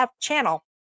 channel